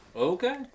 Okay